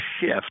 shift